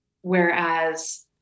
Whereas